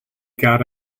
got